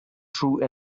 true